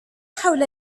حول